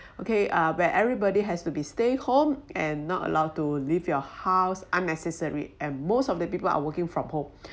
okay ah where everybody has to be stay home and not allowed to leave your house unnecessary and most of the people are working from home